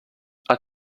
are